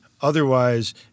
otherwise